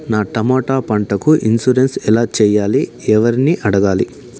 నా టమోటా పంటకు ఇన్సూరెన్సు ఎలా చెయ్యాలి? ఎవర్ని అడగాలి?